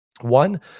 One